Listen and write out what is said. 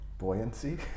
buoyancy